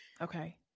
Okay